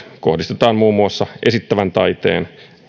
kohdistetaan muun muassa esittävän taiteen